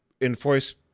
enforce